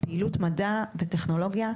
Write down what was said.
לפעילות מדע וטכנולוגיה,